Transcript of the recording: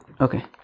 Okay